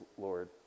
Lord